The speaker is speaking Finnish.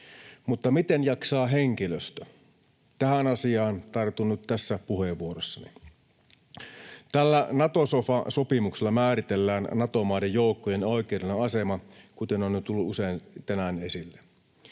Mutta miten jaksaa henkilöstö? Tähän asiaan tartun nyt tässä puheenvuorossani. Tällä Nato-sofa-sopimuksella määritellään Nato-maiden joukkojen oikeudellinen asema, kuten on jo tullut usein tänään esille.